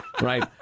Right